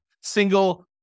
single